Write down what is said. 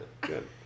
Good